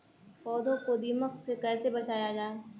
पौधों को दीमक से कैसे बचाया जाय?